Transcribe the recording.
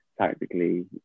tactically